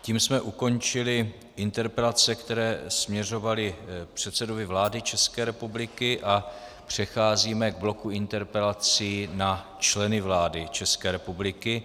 Tím jsme ukončili interpelace, které směřovaly k předsedovi vlády České republiky, a přecházíme k bloku interpelací na členy vlády České republiky.